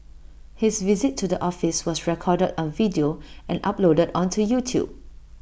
his visit to the office was recorded on video and uploaded onto YouTube